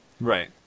Right